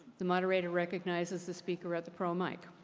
the moderator recognizes the speaker at the pro mic.